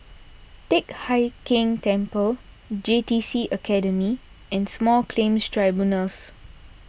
Teck Hai Keng Temple J T C Academy and Small Claims Tribunals